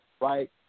right